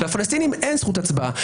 לפלסטינים אין זכות הצבעה.